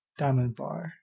Diamondbar